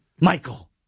michael